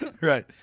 Right